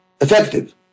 effective